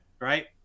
right